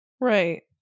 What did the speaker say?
Right